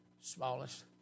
smallest